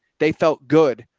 they felt good.